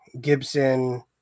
Gibson